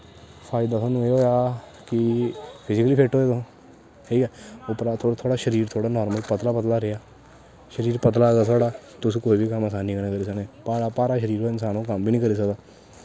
फायदा थोआनू एह् ऐ कि फिजीकली फिट्ट होए ठीक ऐ उप्परा दा थोह्ड़ा थुआढ़ा शरीर थोह्ड़ा नर्मल पतला पतला रेहा शरीर पतला होएआ साढ़ा तुस कुदै बी असानी कन्नै करी सकनें भारा शरीर होऐ ओह् इंसान कम्म बी निं करी सकदा